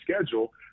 schedule